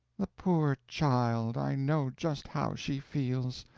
the poor child, i know just how she feels.